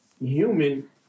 human